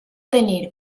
tenir